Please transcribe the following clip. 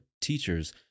teachers